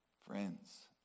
Friends